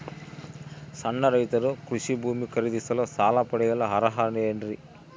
ಸಣ್ಣ ರೈತರು ಕೃಷಿ ಭೂಮಿ ಖರೇದಿಸಲು ಸಾಲ ಪಡೆಯಲು ಅರ್ಹರೇನ್ರಿ?